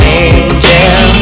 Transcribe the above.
angel